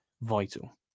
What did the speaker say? vital